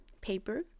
paper